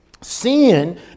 Sin